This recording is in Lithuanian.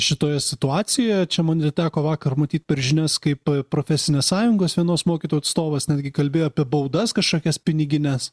šitoje situacijoje čia man ir teko vakar matyt per žinias kaip profesinės sąjungos vienos mokytojų atstovas netgi kalbėjo apie baudas kažkokias pinigines